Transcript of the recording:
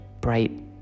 bright